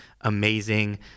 amazing